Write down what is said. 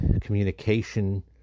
communication